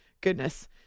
Goodness